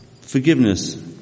forgiveness